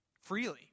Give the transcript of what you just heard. freely